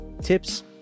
tips